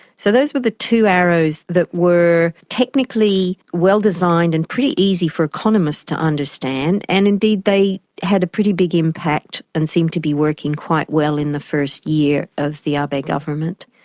so those were the two arrows that were technically well designed and pretty easy for economists to understand, and indeed they had a pretty big impact and seemed to be working quite well in the first year of the ah abe government.